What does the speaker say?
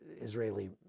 Israeli